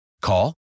Call